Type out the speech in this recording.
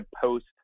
post